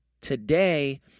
Today